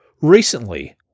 Recently